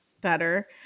better